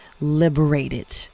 liberated